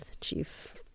chief